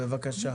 בבקשה.